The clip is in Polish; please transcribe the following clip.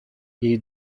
jej